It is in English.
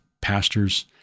pastors